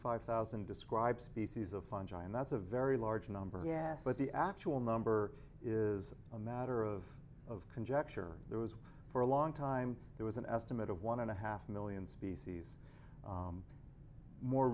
five thousand describe species of fungi and that's a very large number yes but the actual number is a matter of of conjecture there was for a long time there was an estimate of one and a half million species more